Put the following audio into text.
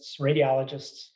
radiologists